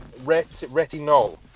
Retinol